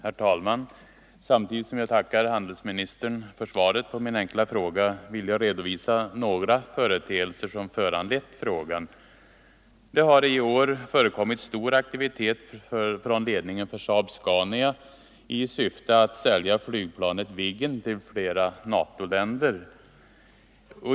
Herr talman! Samtidigt som jag tackar handelsministern för svaret på min enkla fråga vill jag redovisa några företeelser som föranlett frågan. Det har i år förekommit stor aktivitet från ledningen för SAAB-Scania i syfte att sälja flygplanet Viggen till flera NATO-länder.